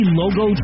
logo